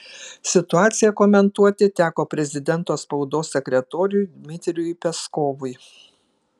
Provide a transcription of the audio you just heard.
situaciją komentuoti teko prezidento spaudos sekretoriui dmitrijui peskovui